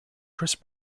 chris